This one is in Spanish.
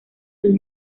sus